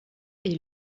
est